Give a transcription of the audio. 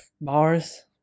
Bars